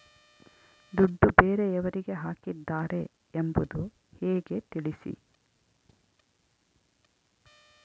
ದುಡ್ಡು ಬೇರೆಯವರಿಗೆ ಹಾಕಿದ್ದಾರೆ ಎಂಬುದು ಹೇಗೆ ತಿಳಿಸಿ?